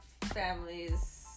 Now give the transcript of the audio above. Families